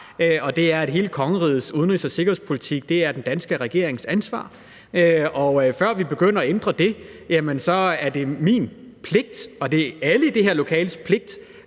klar om, at hele kongerigets udenrigs- og sikkerhedspolitik er den danske regerings ansvar. Og før vi begynder at ændre det, er det min pligt – og det er alle i det her lokales pligt